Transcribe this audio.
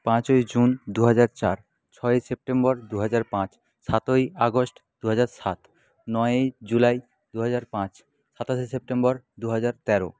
পাঁচই জুন দু হাজার চার ছয়ই সেপ্টেম্বর দু হাজার পাঁচ সাতই আগস্ট দু হাজার সাত নয়ই জুলাই দু হাজার পাঁচ সাতাশে সেপ্টেম্বর দু হাজার তেরো